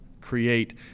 create